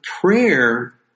prayer